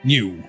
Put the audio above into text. New